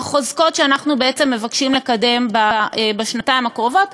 עם החוזקות שאנחנו מבקשים לקדם בשנתיים הקרובות.